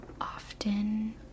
often